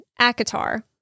Akatar